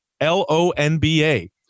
L-O-N-B-A